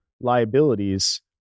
liabilities